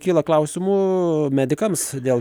kyla klausimų medikams dėl